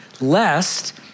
lest